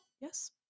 Yes